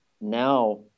now